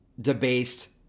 debased